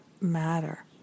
matter